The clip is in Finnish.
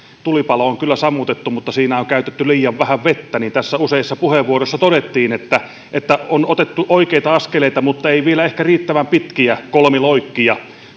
tulipalo on kyllä sammutettu mutta siinä on käytetty liian vähän vettä tässä useissa puheenvuoroissa todettiin että on otettu oikeita askeleita mutta ei vielä ehkä riittävän pitkiä kolmiloikkia